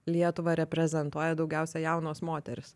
lietuvą reprezentuoja daugiausia jaunos moterys